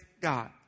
God